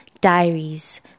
Diaries